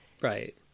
Right